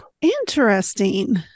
Interesting